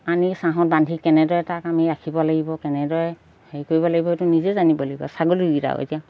আনি ছাঁত বান্ধি কেনেদৰে তাক আমি ৰাখিব লাগিব কেনেদৰে হেৰি কৰিব লাগিব সেইটো নিজে জানিব লাগিব ছাগলীকেইটাও এতিয়া